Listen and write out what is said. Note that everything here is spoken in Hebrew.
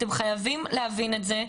אתם חייבים להבין את זה,